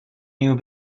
you